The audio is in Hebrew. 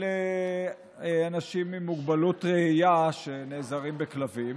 אנשים עם מוגבלות ראייה שנעזרים בכלבים,